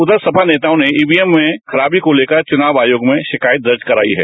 उधर सपा नेताओं ने ईवीएम में खराबी को लेकर चुनाव आयोग में शिकायत दर्ज कराई है